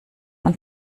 man